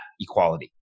equality